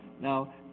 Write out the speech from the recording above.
Now